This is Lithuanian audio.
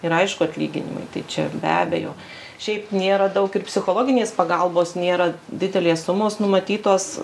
ir aišku atlyginimai tai čia be abejo šiaip nėra daug ir psichologinės pagalbos nėra didelės sumos numatytos